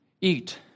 eat